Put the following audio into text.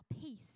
peace